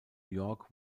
york